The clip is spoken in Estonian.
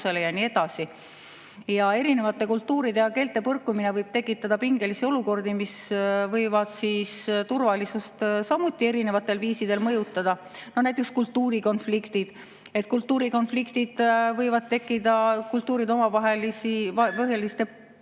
ja nii edasi. Erinevate kultuuride ja keelte põrkumine võib tekitada pingelisi olukordi, mis võivad turvalisust samuti erinevatel viisidel mõjutada. Näiteks kultuurikonfliktid võivad tekkida kultuuride omavahelise